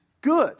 good